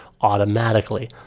automatically